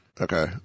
Okay